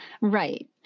Right